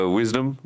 wisdom